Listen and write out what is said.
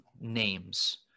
names